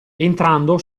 entrando